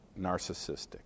narcissistic